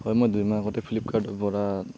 হয় মই দুইমাহ আগতে ফ্লিপকাৰ্টৰ পৰা